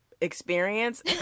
experience